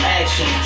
action